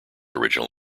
original